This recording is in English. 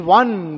one